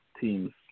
teams